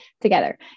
together